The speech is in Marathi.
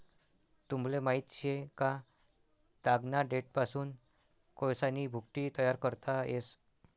तुमले माहित शे का, तागना देठपासून कोयसानी भुकटी तयार करता येस